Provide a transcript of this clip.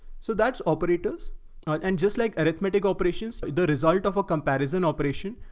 so that's operators and just like arithmetic operations, the result of a comparison operation,